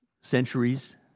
centuries